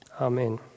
Amen